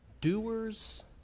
doers